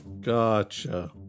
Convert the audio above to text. gotcha